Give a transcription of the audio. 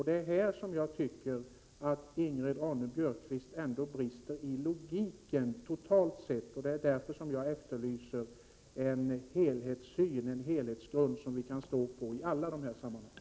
Det är härvidlag som jag tycker att Ingrid Ronne Björkqvist ändå brister i fråga om logik totalt sett, och det är därför som jag efterlyser en helhetsgrund som vi kan hålla oss till i alla dessa sammanhang.